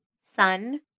sun